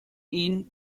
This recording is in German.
ihn